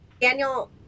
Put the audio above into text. Daniel